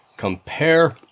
compare